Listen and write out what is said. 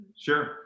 sure